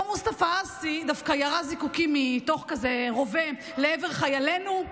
אותו מוסטפא עאסי דווקא ירה זיקוקים מתוך כזה רובה לעבר חיילינו,